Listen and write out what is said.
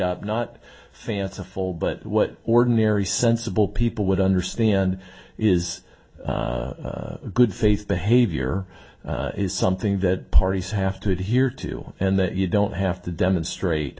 up not fanciful but what ordinary sensible people would understand is good faith behavior is something that parties have to adhere to and that you don't have to demonstrate